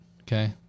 Okay